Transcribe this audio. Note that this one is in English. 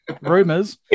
Rumors